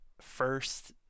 first